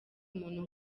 umuntu